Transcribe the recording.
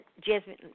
Jasmine